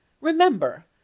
Remember